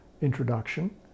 introduction